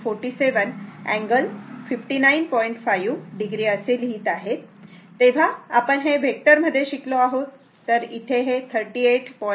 5 o असे लिहत आहे तेव्हा आपण हे वेक्टर मध्ये शिकलो आहोत तर इथे V1 38